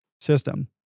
system